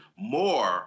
more